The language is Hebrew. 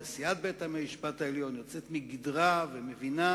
או נשיאת בית-המשפט העליון יוצאת מגדרה ומבינה